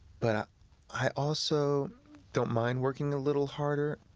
but i also don't mind working a little harder,